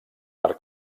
per